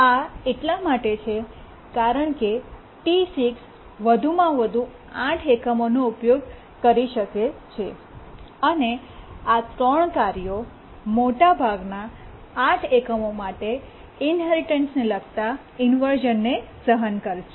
આ એટલા માટે છે કારણ કે T6 વધુમાં વધુ 8 એકમોનો ઉપયોગ કરી શકે છે અને આ 3 કાર્યો મોટાભાગના 8 એકમો માટે ઇન્હેરિટન્સને લગતા ઇન્વર્શ઼નને સહન કરશે